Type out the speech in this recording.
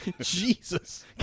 Jesus